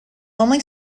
only